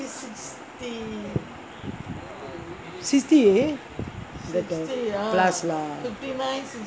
plus lah